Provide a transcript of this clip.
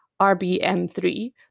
RBM3